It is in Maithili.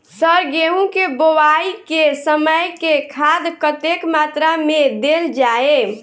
सर गेंहूँ केँ बोवाई केँ समय केँ खाद कतेक मात्रा मे देल जाएँ?